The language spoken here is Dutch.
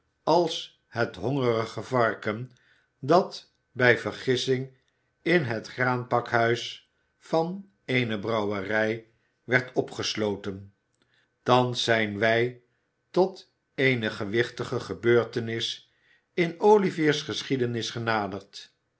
als het hongerige varken dat bij vergissing in het graanpakhuis van eene brouwerij werd opgesloten thans zijn wij tot eene gewichtige gebeurtenis in olivier's geschiedenis genaderd